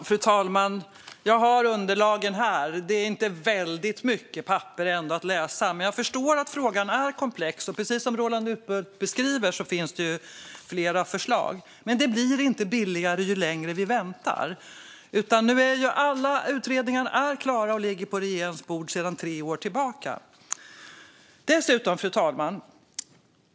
Fru talman! Jag har underlagen här. Det är inte väldigt mycket papper att läsa, men jag förstår att frågan är komplex. Och precis som Roland Utbult beskriver finns det flera förslag. Men det blir inte billigare ju längre vi väntar. Nu är alla utredningar klara och ligger på regeringens bord sedan tre år tillbaka. Fru talman!